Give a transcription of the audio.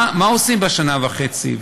מה עושים בשנה וחצי?